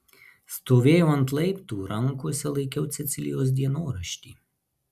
stovėjau ant laiptų rankose laikiau cecilijos dienoraštį